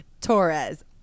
Torres